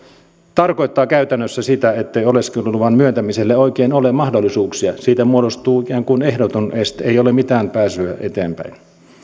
tarkoittaa käytännössä sitä ettei oleskeluluvan myöntämiselle oikein ole mahdollisuuksia siitä muodostuu ikään kuin ehdoton este ei ole mitään pääsyä eteenpäin